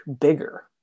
bigger